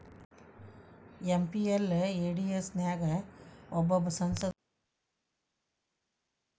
MPLADS ನ್ಯಾಗ ಒಬ್ಬೊಬ್ಬ ಸಂಸದಗು ಐದು ಕೋಟಿ ರೂಪಾಯ್ ಕೊಡ್ತಾರಾ